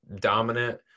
dominant